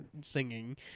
singing